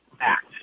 act